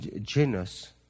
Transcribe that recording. genus